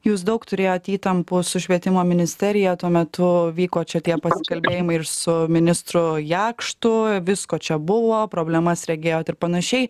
jūs daug turėjot įtampų su švietimo ministerija tuo metu vyko čia tie pasikalbėjimai ir su ministru jakštu visko čia buvo problemas regėjot ir panašiai